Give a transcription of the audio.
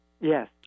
Yes